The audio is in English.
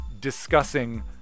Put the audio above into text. discussing